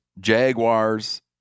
jaguars